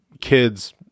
kids